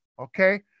Okay